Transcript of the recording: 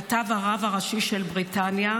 כתב הרב הראשי של בריטניה,